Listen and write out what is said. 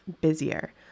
busier